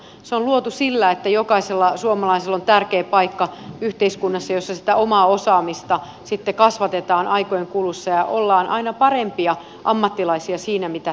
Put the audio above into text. se on luotu sillä että jokaisella suomalaisella on tärkeä paikka yhteiskunnassa jossa sitä omaa osaamista sitten kasvatetaan aikojen kuluessa ja ollaan aina parempia ammattilaisia siinä mitä tehdään